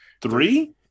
three